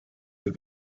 the